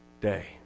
day